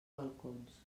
balcons